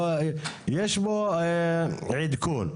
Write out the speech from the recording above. יש פה עדכון,